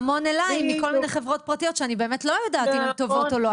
פניות מכל מיני חברות פרטיות שאני לא יודעת אם הן טובות או לא,